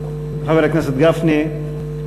חבר הכנסת גפני,